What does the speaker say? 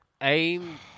Aim